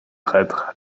traître